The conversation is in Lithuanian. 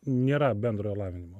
nėra bendrojo lavinimo